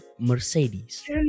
Mercedes